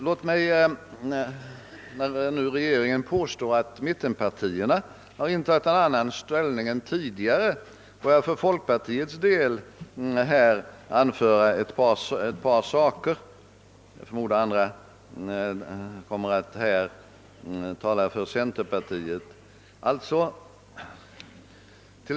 Låt mig, när regeringen påstår att mittenpartierna har intagit en annan ställning än tidigare, för folkpartiets del anföra ett par fakta; jag förmodar att andra kommer att tala för centerpartiet.